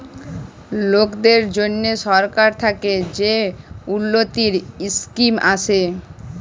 লকদের জ্যনহে সরকার থ্যাকে যে উল্ল্যতির ইসকিম আসে